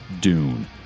Dune